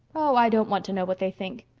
oh, i don't want to know what they think.